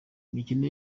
imikino